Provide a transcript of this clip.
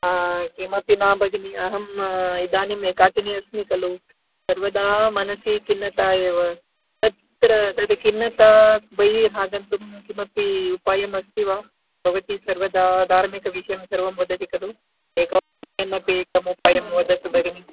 किमपि न भगिनि अहम् इदानीम् एकाकिनी अस्मि खलु सर्वदा मनसि खिन्नता एव तत्र तत् खिन्नता बहिः आगन्तुम् किमपि उपायम् अस्ति वा भवती सर्वदा धार्मिकविषयं सर्वं वदति खलु एकम् किमपि उपायं वदतु भगिनि